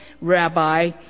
rabbi